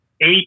eight